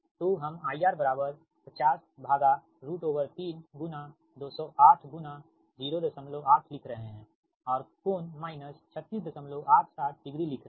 तो हम IR 50320808 लिख रहे है और कोण माइनस 3687 डिग्री लिख रहे हैं